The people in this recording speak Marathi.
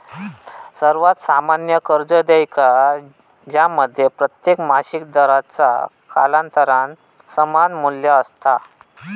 सर्वात सामान्य कर्ज देयका ज्यामध्ये प्रत्येक मासिक दराचा कालांतरान समान मू्ल्य असता